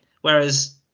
whereas